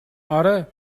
آره